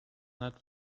night